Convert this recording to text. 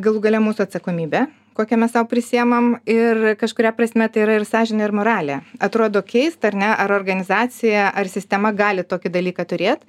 galų gale mūsų atsakomybė kokią mes sau prisiemam ir kažkuria prasme tai yra ir sąžinė ir moralė atrodo keist ar ne ar organizacija ar sistema gali tokį dalyką turėt